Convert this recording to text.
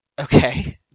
Okay